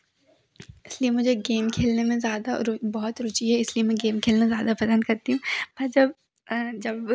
इसलिए मुझे गेम खेलने में ज़्यादा रो बहुत रुचि है इसलिए में गेम खेलना ज़्यादा पसंद करती हूँ पर जब जब